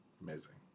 Amazing